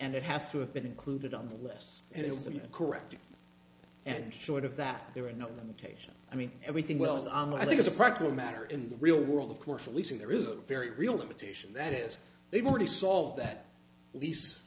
and it has to have been included on the list and it was a corrective and short of that there are no limitations i mean everything well is on what i think is a practical matter in the real world of course leasing there is a very real limitation that is they've already solved at least